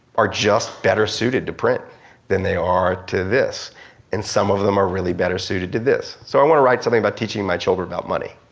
are just better suited to print than they are to this and some of them are really better suited to this. so i want to write something about teaching my children about money.